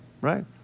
right